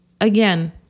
again